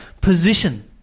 position